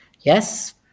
Yes